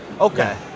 Okay